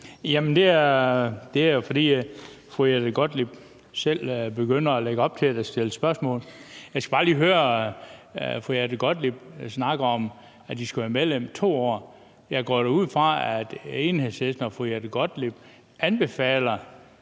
Det er, fordi fru Jette Gottlieb lægger op til, at der skal stilles spørgsmål. Jeg skal bare lige høre fru Jette Gottlieb, når hun snakker om, at de skal være medlem i 2 år: Jeg går da ud fra, at Enhedslisten og fru Jette Gottlieb anbefaler